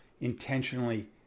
intentionally